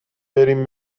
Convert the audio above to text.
بریم